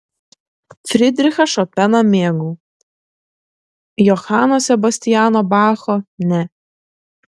fridrichą šopeną mėgau johano sebastiano bacho ne